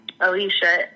Alicia